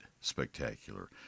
spectacular